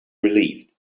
relieved